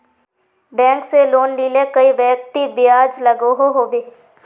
Bank से loan लिले कई व्यक्ति ब्याज लागोहो होबे?